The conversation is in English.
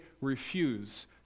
refuse